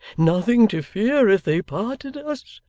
nothing to fear if they parted us!